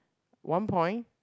one point